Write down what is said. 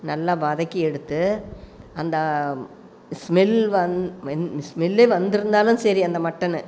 நல்லா வதக்கி எடுத்து அந்த ஸ்மெல் வந் ஸ்மெல்லே வந்திருந்தாலும் சரி அந்த மட்டன்